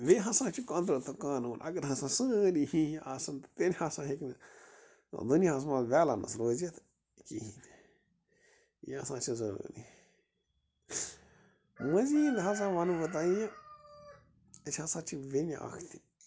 بیٚیہِ ہسا چھِ قۅدرتُک قانوٗن اگر ہسا سٲری ہِوِی آسان تیٚلہِ ہسا ہیٚکہِ نہٕ دُنِیاہس منٛز بیٚلَنٕس روٗزِتھ کِہیٖنٛۍ یہِ ہسا چھُ ضروٗری مذیٖد ہسا وَنہٕ بہٕ تۅہہِ اَسہِ ہسا چھِ بیٚنہِ اَکھ تہِ